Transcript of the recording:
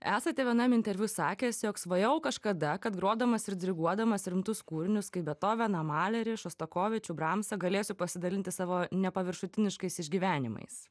esate vienam interviu sakęs jog svajojau kažkada kad grodamas ir diriguodamas rimtus kūrinius kaip betoveną malerį šostakovičių bramsą galėsiu pasidalinti savo nepaviršutiniškais išgyvenimais